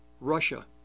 Russia